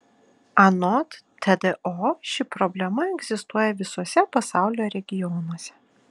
anot tdo ši problema egzistuoja visuose pasaulio regionuose